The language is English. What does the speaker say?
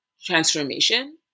transformation